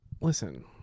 listen